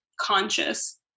conscious